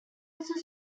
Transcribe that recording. also